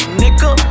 nigga